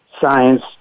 science